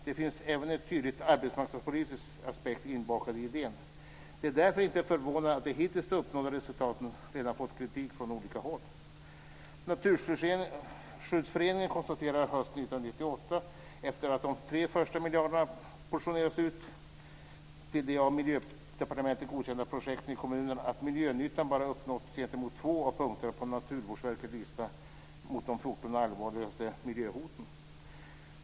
Det finns även en tydlig arbetsmarknadsaspekt inbakad i idén. Det är därför inte förvånande att de hittills uppnådda resultaten redan fått kritik från olika håll. Naturskyddsföreningen konstaterade hösten 1998, efter att de tre första miljarderna portionerats ut till de av Miljödepartementet godkända projekten i kommunerna, att miljönytta bara uppnåtts gentemot två av punkterna på Naturvårdsverkets lista med de 14 allvarligaste miljöhoten.